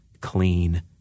clean